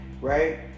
right